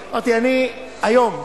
אמרתי: אני היום,